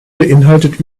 beeinhaltet